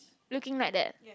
looking like that